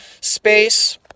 space